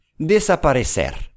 Desaparecer